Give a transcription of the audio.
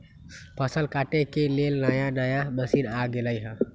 फसल काटे के लेल नया नया मशीन आ गेलई ह